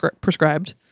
prescribed